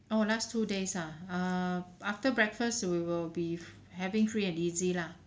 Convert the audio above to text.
oh last two days ah err after breakfast we will be fr~ having free and easy lah